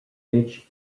rich